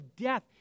death